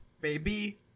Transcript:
baby